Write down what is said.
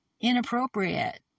inappropriate